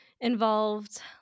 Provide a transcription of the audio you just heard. involved